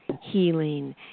healing